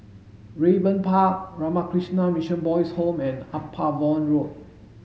Raeburn Park Ramakrishna Mission Boys' Home and Upavon Road